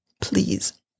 Please